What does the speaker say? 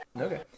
Okay